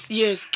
yes